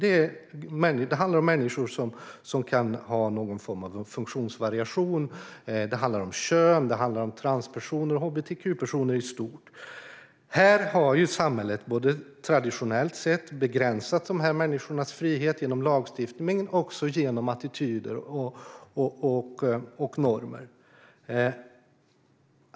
Det handlar om människor som kan ha någon form av funktionsvariation, det handlar om kön, det handlar om transpersoner och det handlar om hbtq-personer i stort. Här har samhället traditionellt sett begränsat dessa människors frihet genom lagstiftning och också genom attityder och normer.